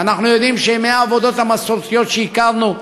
אנחנו יודעים שימי העבודות המסורתיות שהכרנו,